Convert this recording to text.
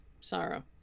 Sorrow